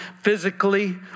physically